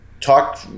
talk